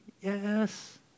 Yes